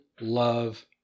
love